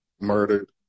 murdered